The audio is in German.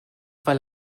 weil